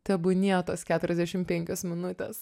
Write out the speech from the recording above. tebūnie tos keturiasdešim penkios minutės